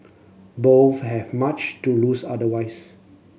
both have much to lose otherwise